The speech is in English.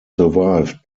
survived